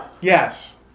Yes